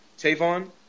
Tavon